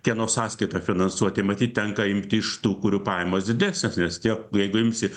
kieno sąskaita finansuoti matyt tenka imti iš tų kurių pajamos didesnės nes tie jeigu imsi